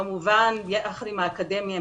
כמובן יחד עם האקדמיה,